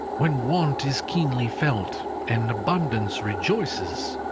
when want is keenly felt, and abundance rejoices.